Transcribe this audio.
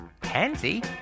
pansy